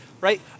right